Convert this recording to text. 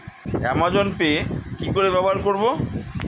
Amazon Pay কি করে ব্যবহার করব?